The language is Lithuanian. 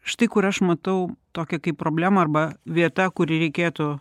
štai kur aš matau tokią kaip problemą arba vieta kur reikėtų